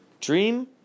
Dream